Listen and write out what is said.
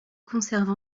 conserve